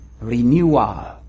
Renewal